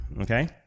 okay